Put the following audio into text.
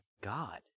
God